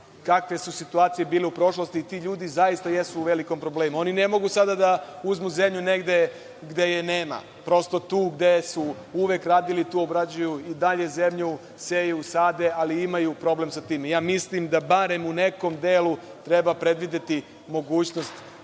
nema odbrambenih nasipa. Ti ljudi zaista jesu u velikom problemu. Oni ne mogu sada uzmu zemlju negde gde je nema. Prosto, tu gde su uvek radili, tu obrađuju i dalje zemlju, seju, sade, ali imaju problem sa tim. Mislim da barem u nekom delu treba predvideti mogućnost